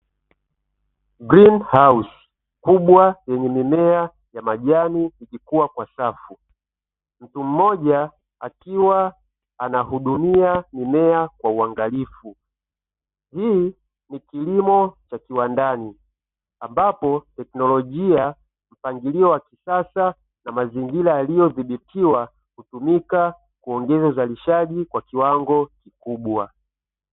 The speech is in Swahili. "Green house" kubwa yenye mimea ya majani ikikuwa kwa safu, mtu mmoja akiwa anahudumia mimea kwa uangalifu, hiki ni kilimo cha kiwandani, ambapo teknolojia, mpangilio wa kisasa na mazingira yaliyodhibitiwa hutumika kuongeza uzalishaji kwa kiwango kikubwa.